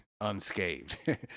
unscathed